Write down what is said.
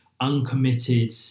uncommitted